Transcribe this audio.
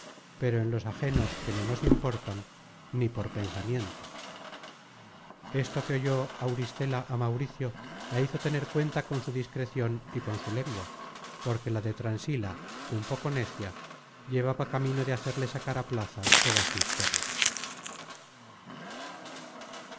pero en los ajenos que no nos importan ni por pensamiento esto que oyó auristela á mauricio la hizo tener cuenta con su discrecion y con su lengua porque la de transila un poco necia llevaba camino de hacerle sacar á plaza toda su historia